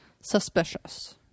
suspicious